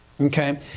okay